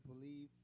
believe